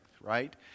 right